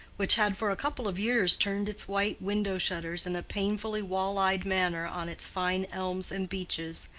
which had for a couple of years turned its white window-shutters in a painfully wall-eyed manner on its fine elms and beeches,